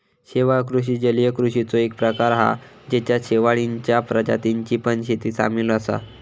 शेवाळ कृषि जलीय कृषिचो एक प्रकार हा जेच्यात शेवाळींच्या प्रजातींची पण शेती सामील असा